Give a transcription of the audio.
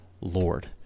Lord